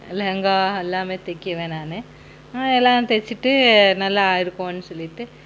லெகங்கா எல்லாமே தைக்கிவேன் நான் எல்லாம் தச்சிட்டு நல்லா இருக்குன்னு சொல்லிவிட்டு